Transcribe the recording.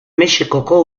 mexikoko